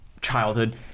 childhood